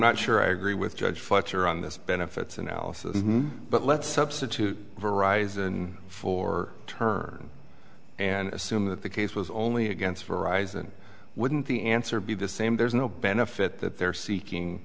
not sure i agree with judge fletcher on this benefits analysis but let's substitute varieties and for turn and assume that the case was only against for arisan wouldn't the answer be the same there's no benefit that they're seeking